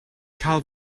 cael